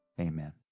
Amen